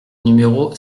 numéro